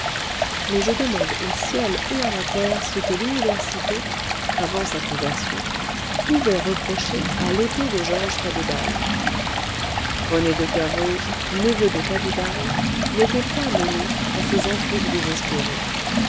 mais je demande au ciel et à la terre ce que l'université avant sa conversion pouvait reprocher à l'épée de georges cadoudal rené de kervoz neveu de cadoudal n'était point mêlé à ses intrigues désespérées